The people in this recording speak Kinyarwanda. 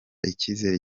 icyizere